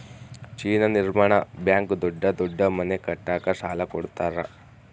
China ನಿರ್ಮಾಣ bank ದೊಡ್ಡ ದೊಡ್ಡ ಮನೆ ಕಟ್ಟಕ ಸಾಲ ಕೋಡತರಾ